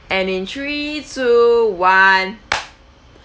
and in three two one